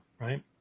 right